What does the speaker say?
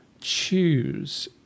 choose